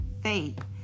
faith